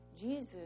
Jesus